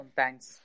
thanks